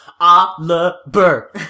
Oliver